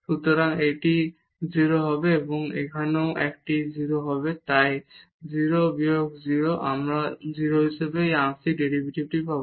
সুতরাং এটি 0 হবে এবং এখানেও এটি 0 হবে তাই 0 বিয়োগ 0 আমরা 0 হিসাবে এই আংশিক ডেরিভেটিভ পাব